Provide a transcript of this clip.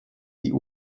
die